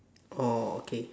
orh okay